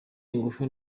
ingufu